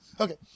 okay